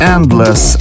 Endless